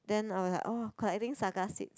then I was like orh collecting saga seeds